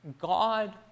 God